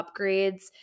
upgrades